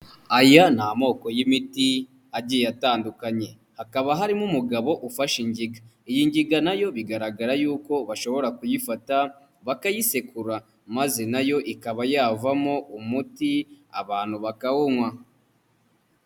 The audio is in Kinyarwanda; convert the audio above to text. Aya ni amoko y'imiti agiye atandukanye, hakaba harimo umugabo ufashe ingiga, iyi ngiga nayo bigaragara yuko bashobora kuyifata bakayisekura maze nayo ikaba yavamo umuti abantu bakawunywa.